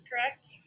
correct